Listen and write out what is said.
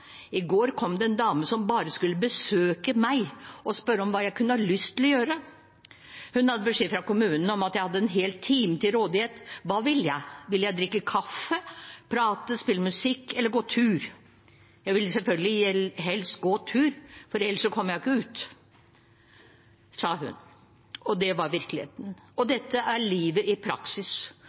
I går kom det en dame som bare skulle besøke meg og spørre om hva jeg kunne ha lyst til å gjøre. Hun hadde beskjed fra kommunen om at jeg hadde en hel time til rådighet. Hva ville jeg? Ville jeg drikke kaffe, prate, spille musikk eller gå tur? Jeg ville selvfølgelig helst gå tur, for ellers kommer jeg ikke ut. Dette sa hun – og det var virkeligheten. Og dette er livet i praksis.